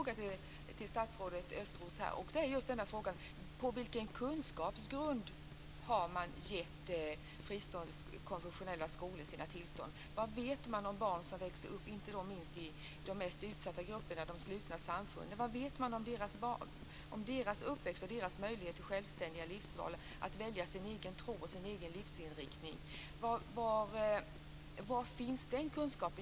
Östros, nämligen på vilken kunskapsgrund man har gett fristående konfessionella skolor deras tillstånd. Vad vet man om barn som växer upp inte minst i de utsatta grupperna, de slutna samfunden? Vad vet man om deras uppväxt och deras möjligheter till självständiga livsval när det gäller tro och livsinriktning? Var finns den kunskapen?